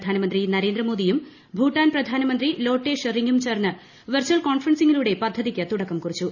പ്രധാനമന്ത്രി നരേന്ദ്രമോദിയും ഭൂട്ടാൻ പ്രധാനമന്ത്രി ലോട്ടെ ഷെറിങും ചേർന്ന് വെർചൽ കോൺഫറൻസിങ്ങിലു്ടെ പദ്ധതിക്ക് തുടക്കം കുറിച്ചു